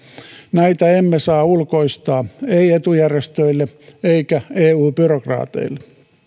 näitä emme saa ulkoistaa etujärjestöille emmekä eu byrokraateille